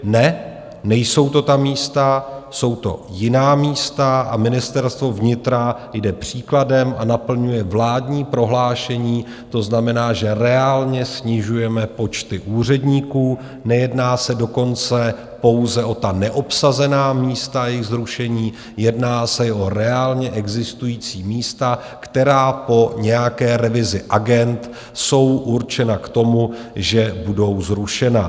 Ne, nejsou to ta místa, jsou to jiná místa, a Ministerstvo vnitra jde příkladem a naplňuje vládní prohlášení, to znamená, že reálně snižujeme počty úředníků nejedná se dokonce pouze o neobsazená místa a jejich zrušení, jedná se i o reálně existující místa, která po nějaké revizi agend jsou určena k tomu, že budou zrušena.